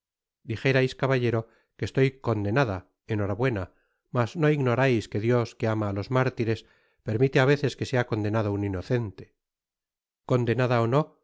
dijerais caballero que estoy condenada enhorabuena mas no ignorais que dios que ama á los mártires permite á veces que sea condenado un inocente condenada ó no